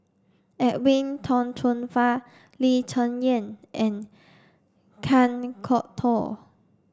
Edwin Tong Chun Fai Lee Cheng Yan and Kan Kwok Toh